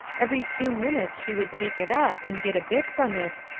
every few minutes she would take it up and get a bit from it,